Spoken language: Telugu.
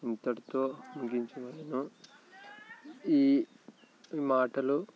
ఇంతటితో ముగించవలెను ఈ మాటలు